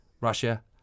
Russia